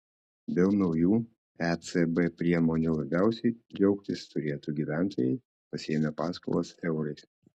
dėl naujų ecb priemonių labiausiai džiaugtis turėtų gyventojai pasiėmę paskolas eurais